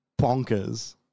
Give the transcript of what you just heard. bonkers